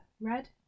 red